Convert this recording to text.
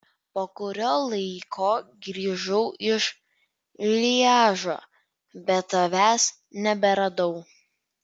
po kurio laiko grįžau iš lježo bet tavęs neberadau